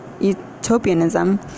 utopianism